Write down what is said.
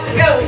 go